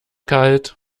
kalt